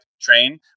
train